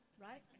right